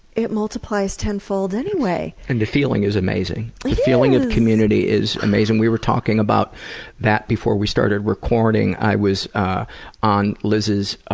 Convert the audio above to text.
it multiplies ten-fold anyway. and the feeling is amazing. the like feeling of community is amazing. we were talking about that before we started recording i was on liz's